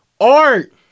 art